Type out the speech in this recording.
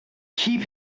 keep